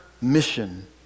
mission